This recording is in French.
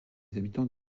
habitants